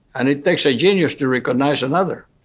and it takes a genius to recognize another.